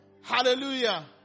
Hallelujah